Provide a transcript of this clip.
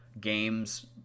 games